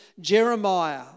Jeremiah